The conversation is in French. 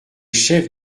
chefs